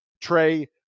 trey